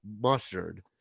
mustard